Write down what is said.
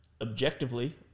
objectively